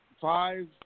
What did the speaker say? five